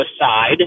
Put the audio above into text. aside